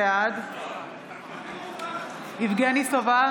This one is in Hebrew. בעד יבגני סובה,